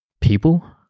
people